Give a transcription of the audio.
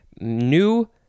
new